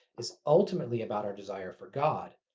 is ultimately about our desire for god.